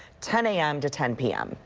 ten a m. to ten p m.